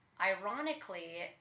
Ironically